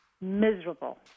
Miserable